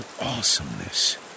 awesomeness